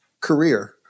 career